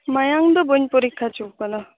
ᱢᱟᱭᱟᱝ ᱫᱚ ᱵᱟᱹᱧ ᱯᱚᱨᱤᱠᱠᱷᱟ ᱚᱪᱚ ᱟᱠᱟᱫᱟ ᱦᱩᱻ